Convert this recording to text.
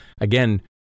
Again